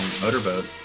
motorboat